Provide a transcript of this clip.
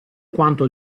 quanto